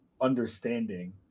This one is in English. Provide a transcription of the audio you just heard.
understanding